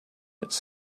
its